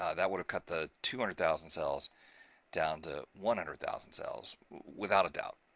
ah that would have cut the two hundred thousand cells down to one hundred thousand cells without a doubt.